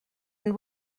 and